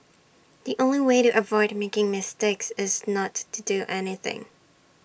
the only way to avoid making mistakes is not to do anything